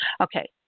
Okay